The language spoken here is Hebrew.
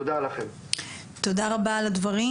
תודה רבה על הדברים.